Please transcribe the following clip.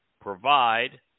provide